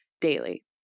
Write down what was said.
daily